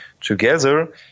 together